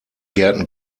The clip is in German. gärten